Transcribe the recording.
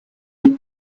with